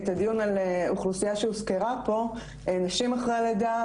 על אוכלוסייה שהוזכרה פה - נשים אחרי לידה,